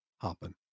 happen